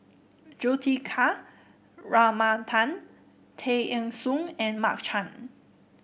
Juthika Ramanathan Tay Eng Soon and Mark Chan